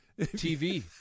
TV